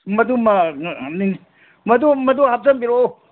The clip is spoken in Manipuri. ꯃꯗꯨꯃ ꯃꯗꯨ ꯃꯗꯨ ꯍꯥꯞꯆꯤꯟꯕꯤꯔꯛꯎ